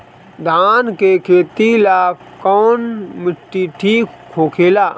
धान के खेती ला कौन माटी ठीक होखेला?